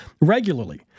regularly